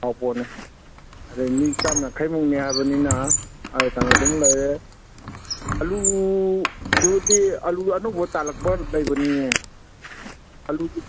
ꯍꯥꯎ ꯄꯣꯠꯅꯤ ꯑꯗꯩ ꯃꯤ ꯆꯥꯝ ꯌꯥꯡꯈꯩꯃꯨꯛꯅꯦ ꯍꯥꯏꯕꯅꯤꯅ ꯀꯩꯅꯣꯗꯨꯃ ꯂꯩꯔꯦ ꯑꯜꯂꯨꯗꯨꯗꯤ ꯑꯜꯂꯨ ꯑꯅꯧꯕ ꯇꯥꯜꯂꯛꯄ ꯂꯩꯕꯅꯤ ꯑꯜꯂꯨ